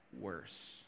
worse